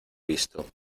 visto